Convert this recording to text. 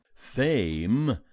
fame,